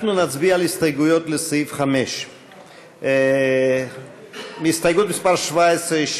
נצביע על הסתייגויות לסעיף 5. הסתייגות מס' 17,